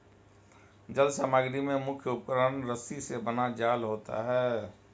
जल समग्री में मुख्य उपकरण रस्सी से बना जाल होता है